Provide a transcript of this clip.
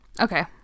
Okay